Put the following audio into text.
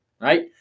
right